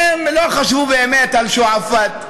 הם לא חשבו באמת על שועפאט,